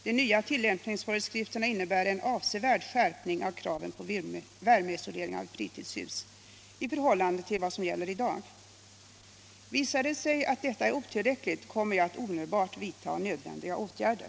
De nya tillämpningsföreskrifterna innebär en avsevärd skärpning av kraven på värmeisolering av fritidshus i förhållande till vad som gäller i dag. Visar det sig att detta är otillräckligt, kommer jag att omedelbart vidta nödvändiga åtgärder.